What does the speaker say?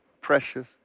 precious